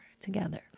together